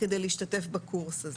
כדי להשתתף בקורס הזה.